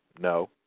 No